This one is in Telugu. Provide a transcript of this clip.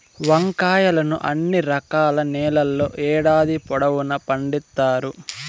వంకాయలను అన్ని రకాల నేలల్లో ఏడాది పొడవునా పండిత్తారు